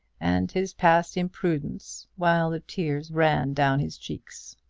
and his past imprudence, while the tears ran down his cheeks.